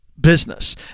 business